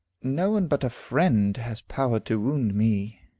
no one but a friend has power to wound me.